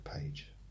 page